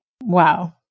Wow